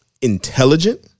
intelligent